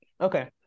Okay